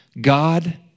God